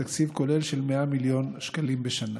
בתקציב כולל של 100 מיליון שקלים בשנה.